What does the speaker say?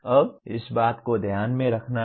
अब इस बात को ध्यान में रखना है